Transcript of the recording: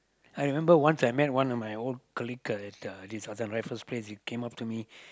I remember once I met one of my old colleague ah at uh this I was at Raffles-Place he came up to me